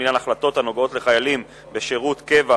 לעניין החלטות הנוגעות לחיילים בשירות קבע),